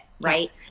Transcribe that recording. right